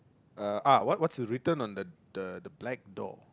uh ah what was your written on the the black door